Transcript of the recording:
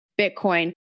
Bitcoin